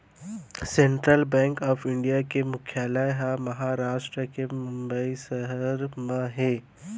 central bank of India के मुख्यालय ह महारास्ट के बंबई सहर म हे